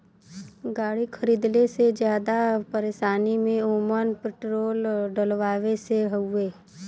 गाड़ी खरीदले से जादा परेशानी में ओमन पेट्रोल डलवावे से हउवे